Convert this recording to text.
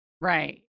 Right